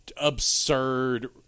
Absurd